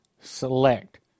select